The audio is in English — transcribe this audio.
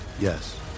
Yes